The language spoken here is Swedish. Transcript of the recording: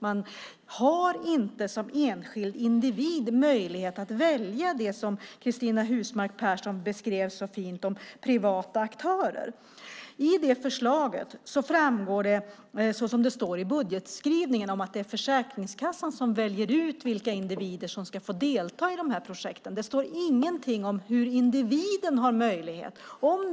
Man har inte som enskild individ möjlighet att välja de privata aktörer som Cristina Husmark Pehrsson beskrev så fint. I förslaget framgår det i budgetskrivningen att det är Försäkringskassan som väljer ut vilka individer som ska få delta i projekten. Det står ingenting om hur individen har möjlighet att göra det.